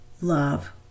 love